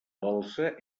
dolça